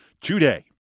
today